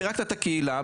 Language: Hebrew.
פירקת את הקהילה,